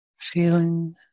Feeling